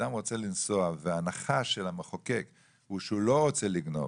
אדם רוצה לנסוע וההנחה של המחוקק היא שהוא לא רוצה לגנוב.